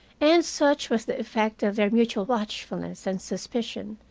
and such was the effect of their mutual watchfulness and suspicion,